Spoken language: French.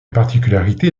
particularité